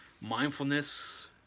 mindfulness